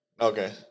Okay